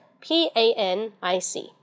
p-a-n-i-c